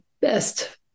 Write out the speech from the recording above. best